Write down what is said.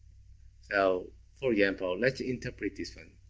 so for example, let's interpret this one.